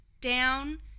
down